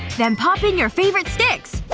then pop in your favorite sticks!